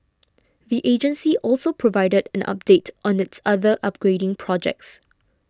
the agency also provided an update on its other upgrading projects